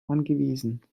angewiesen